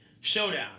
showdown